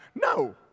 No